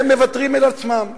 הם מוותרים על עצמם,